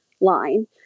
line